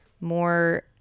more